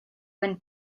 when